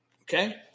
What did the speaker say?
Okay